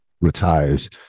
retires